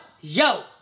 yo